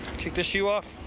kick this shoe off.